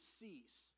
cease